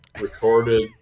recorded